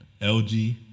LG